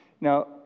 Now